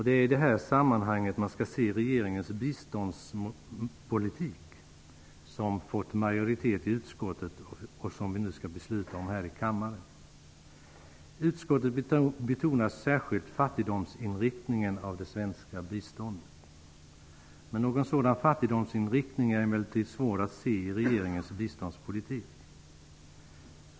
Det är i det här sammanhanget man skall se regeringens biståndspolitik, som fått majoritet i utskottet och som vi nu skall fatta beslut om här i kammaren. Utskottet betonar särskilt fattigdomsinriktningen av det svenska biståndet. Någon sådan fattigdomsinriktning är emellertid svår att se i regeringens biståndspolitik.